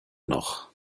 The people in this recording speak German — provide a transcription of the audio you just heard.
noch